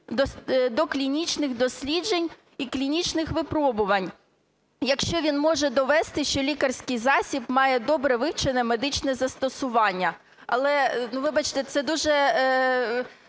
до клінічних досліджень і клінічних випробувань, якщо він може довести, що лікарський засіб має добре вивчене медичне застосування. Але, вибачте, це дуже